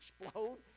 explode